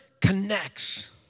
connects